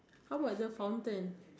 how bout the fountain